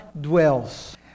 dwells